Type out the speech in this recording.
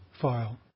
file